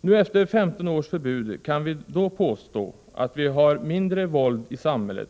Kan vi efter 15 års förbud påstå att vi har mindre våld i samhället?